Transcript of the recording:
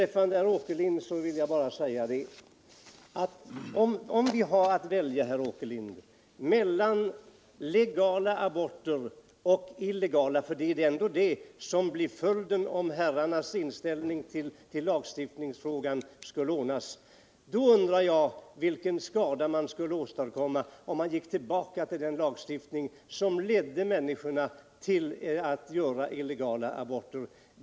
Till herr Åkerlind vill jag säga, att om vi hade att välja mellan legala och illegala aborter — det är ju det som blir följden om herrarnas inställning till lagstiftningsfrågan skulle gälla — så undrar jag vilken skada som skulle åstadkommas om man gick tillbaka till den lagstiftning som ledde människorna till att göra illegala aborter.